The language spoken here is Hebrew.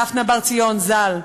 דפנה בר ציון ז"ל,